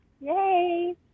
yay